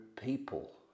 people